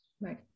right